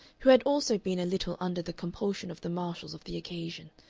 who had also been a little under the compulsion of the marshals of the occasion.